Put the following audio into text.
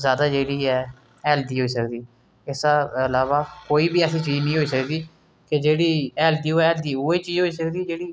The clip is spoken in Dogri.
जैदा जेह्ड़ी ऐ हैल्दी होई सकदी इसदे अलावा कोई बी ऐसी चीज निं होई सकदी कि जेह्ड़ी हैल्दी होऐ हैल्दी उ'ऐ चीज होई सकदी जेह्ड़ी